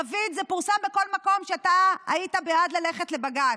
דוד, זה פורסם בכל מקום שאתה היית בעד ללכת לבג"ץ.